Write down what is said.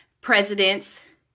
presidents